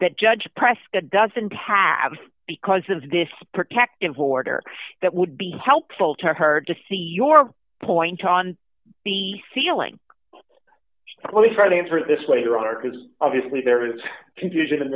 that judge prescott doesn't have because of this protective order that would be helpful to her to see your point on the ceiling let me try to answer this later on our because obviously there is confusion